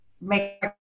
make